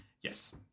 yes